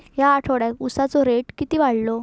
या आठवड्याक उसाचो रेट किती वाढतलो?